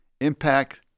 impact